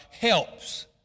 helps